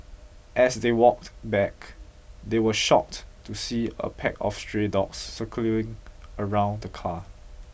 as they walked back they were shocked to see a pack of stray dogs circling around the car